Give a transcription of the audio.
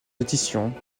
pétitions